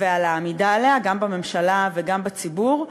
ועל העמידה עליה גם בממשלה וגם בציבור.